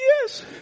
yes